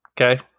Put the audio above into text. Okay